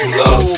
love